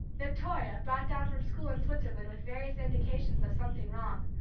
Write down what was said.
victoria, brought down from school in switzerland with various indications of something wrong,